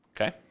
Okay